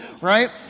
right